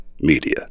media